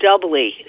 doubly